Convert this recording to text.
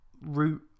root